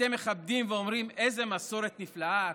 אתם מכבדים ואומרים: איזו מסורת נפלאה,